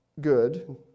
good